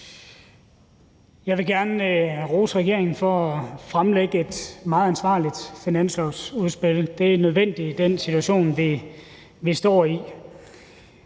Jeg vil gerne rose regeringen for at fremlægge et meget ansvarligt finanslovsudspil. Det er nødvendigt i den situation, vi står i.